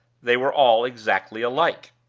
they were all exactly alike.